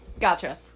Gotcha